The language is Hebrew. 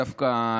דווקא,